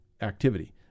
activity